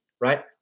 right